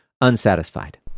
unsatisfied